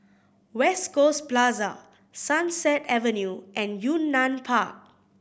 West Coast Plaza Sunset Avenue and Yunnan Park